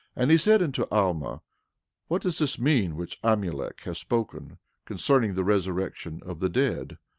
and he said unto alma what does this mean which amulek hath spoken concerning the resurrection of the dead,